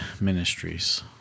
Ministries